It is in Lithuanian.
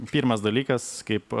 pirmas dalykas kaip